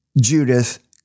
Judith